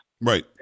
Right